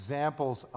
Examples